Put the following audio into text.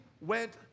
went